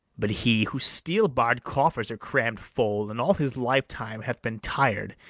but he whose steel-barr'd coffers are cramm'd full, and all his life-time hath been tired,